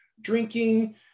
drinking